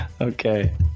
Okay